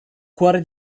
cuore